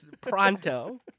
pronto